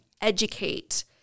educate